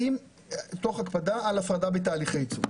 "תוך הקפדה על הפרדה בתהליך הייצור.